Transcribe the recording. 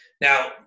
now